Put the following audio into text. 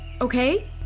Okay